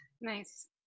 Nice